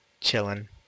chilling